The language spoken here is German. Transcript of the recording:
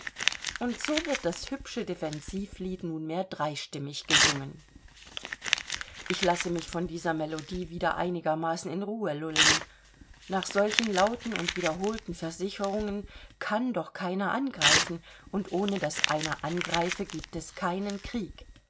und so wird das hübsche defensivlied nunmehr dreistimmig gesungen ich lasse mich von dieser melodie wieder einigermaßen in ruhe lullen nach solchen lauten und wiederholten versicherungen kann doch keiner angreifen und ohne daß einer angreife gibt es keinen krieg